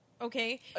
okay